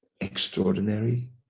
extraordinary